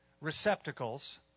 receptacles